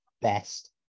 best